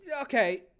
Okay